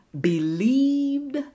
believed